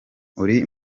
uri